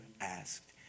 asked